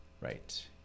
Right